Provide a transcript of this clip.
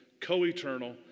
co-eternal